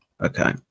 Okay